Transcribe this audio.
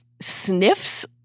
sniffs